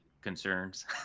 concerns